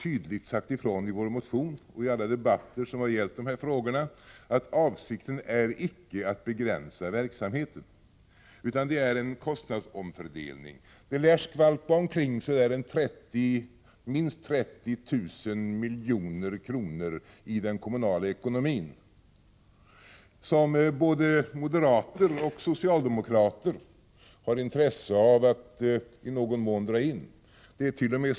Vi har i vår motion och alla debatter i dessa frågor mycket tydligt sagt ifrån att avsikten icke är att begränsa verksamheten, utan det är en kostnadsomfördelning. Det lär skvalpa omkring minst 30 000 milj.kr. i den kommunala ekonomin som både moderater och socialdemokrater har intresse av att i någon mån dra in. Det ärt.o.m.